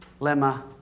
lemma